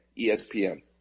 ESPN